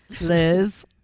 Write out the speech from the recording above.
liz